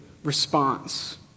response